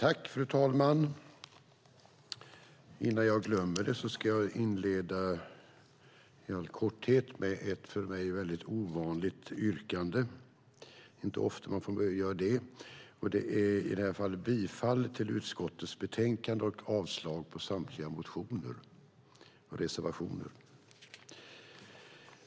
Fru talman! Innan jag glömmer det ska jag inleda i all korthet med ett för mig väldigt ovanligt yrkande. Det är inte ofta man får göra det. I det här fallet yrkar jag bifall till utskottets förslag i betänkandet och avslag på samtliga motioner och reservationer.